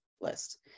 list